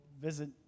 visit